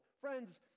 Friends